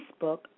Facebook